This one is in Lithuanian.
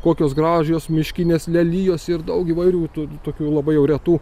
kokios gražios miškinės lelijos ir daug įvairių tų tokių labai jau retų